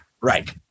Right